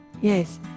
Yes